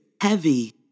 heavy